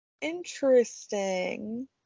Interesting